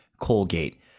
colgate